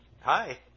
Hi